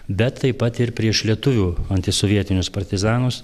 bet taip pat ir prieš lietuvių antisovietinius partizanus